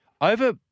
Over